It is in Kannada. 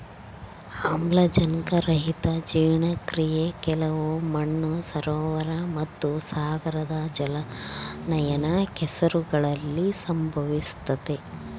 ಆಮ್ಲಜನಕರಹಿತ ಜೀರ್ಣಕ್ರಿಯೆ ಕೆಲವು ಮಣ್ಣು ಸರೋವರ ಮತ್ತುಸಾಗರದ ಜಲಾನಯನ ಕೆಸರುಗಳಲ್ಲಿ ಸಂಭವಿಸ್ತತೆ